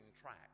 track